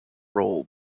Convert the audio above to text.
role